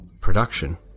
Production